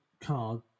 card